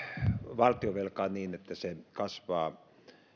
valtionvelkaa niin että se kasvaa